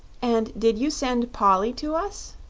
and did you send polly to us?